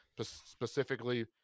specifically